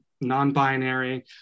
non-binary